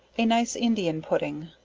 a nice indian pudding.